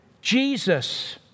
Jesus